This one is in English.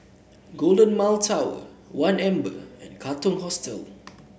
Golden Mile Tower One Amber and Katong Hostel